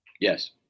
yes